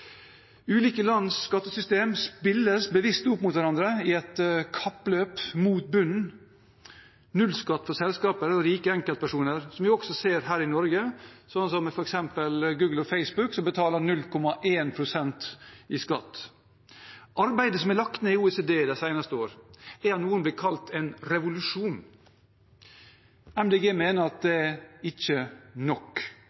Ulike lands skattesystemer spilles bevisst opp mot hverandre i et kappløp mot bunnen, med nullskatt for selskaper og rike enkeltpersoner, slik vi også ser her i Norge, som f.eks. med Google og Facebook, som betaler 0,1 pst. i skatt. Arbeidet som er lagt ned i OECD de seneste årene, er av noen blitt kalt en revolusjon. Miljøpartiet De Grønne mener at det